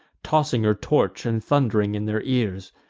tossing her torch, and thund'ring in their ears.